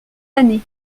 années